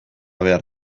behar